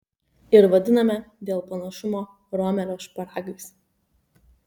ir vadiname dėl panašumo romelio šparagais